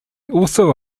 also